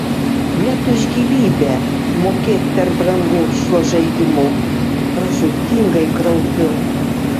net už gyvybę mokėt per brangu šiuo žaidimu pražūtingai kraupiu